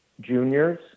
juniors